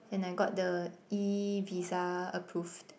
and I got the E-visa approved